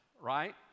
right